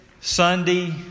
Sunday